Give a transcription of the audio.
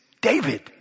David